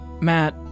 Matt